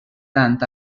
tant